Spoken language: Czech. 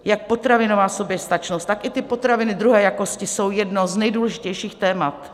Jak potravinová soběstačnost, tak i ty potraviny druhé jakosti jsou jedno z nejdůležitějších témat.